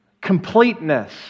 completeness